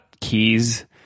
keys